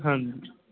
ਹਾਂਜੀ